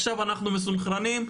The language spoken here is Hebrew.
עכשיו אנחנו מסונכרנים,